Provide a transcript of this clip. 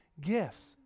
gifts